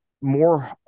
more